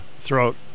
throat